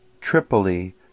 Tripoli